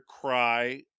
cry